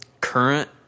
current